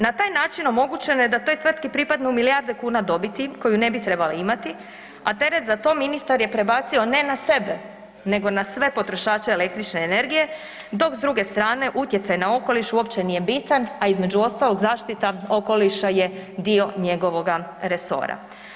Na taj način omogućeno je da toj tvrtki pripadnu milijarde kuna dobiti koju ne bi trebale imati, a teret za to ministar je prebacio ne na sebe nego na sve potrošače električne energije, dok s druge strane utjecaj na okoliš uopće nije bitan, a između ostalog zaštita okoliša je dio njegovoga resora.